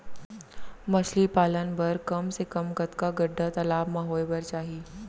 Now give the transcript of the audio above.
मछली पालन बर कम से कम कतका गड्डा तालाब म होये बर चाही?